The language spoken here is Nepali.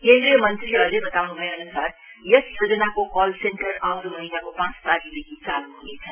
केन्द्रीय मंत्रीले अझै बताउन् भएअन्सार यस योजनाको कल सेन्टर आउँदो महिनाको पाँच तारिखदेखि चाल् हनेछ